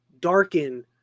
darken